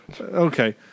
okay